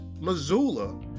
Missoula